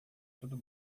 todo